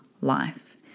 life